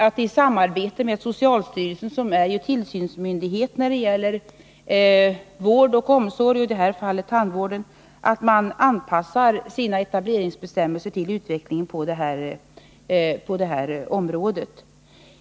Och i samarbete med socialstyrelsen, som är tillsynsmyndighet när det gäller vård och omsorg — i det här fallet tandvård — anpassar riksförsäkringsverket sina etableringsbestämmelser till utvecklingen på det här området.